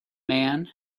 man